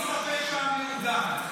חברת הכנסת מטי צרפתי הרכבי.